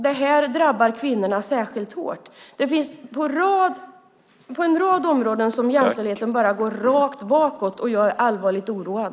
Det drabbar kvinnorna särskilt hårt. Det finns en rad områden där jämställdhet går rakt bakåt, och jag är allvarligt oroad.